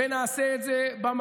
ונעשה את זה הלאה בבנקאות,